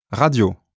radio